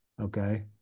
okay